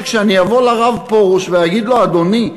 שכשאני אבוא לרב פרוש ואגיד לו: אדוני,